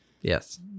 Yes